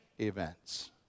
events